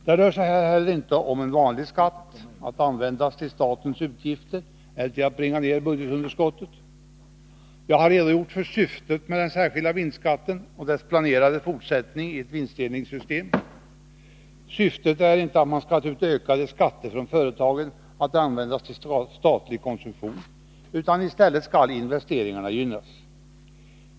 Det rör sig här heller inte om en vanlig skatt, att användas till statens utgifter eller för att bringa ned statens budgetunderskott. Jag har redogjort för syftet med den särskilda vinstskatten och dess planerade fortsättning i ett vinstdelningssystem. Syftet är inte att man skall ta ut ökade skatter från företagen, att användas till statlig konsumtion, utan i stället skall investeringarna gynnas.